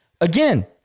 Again